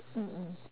mm mm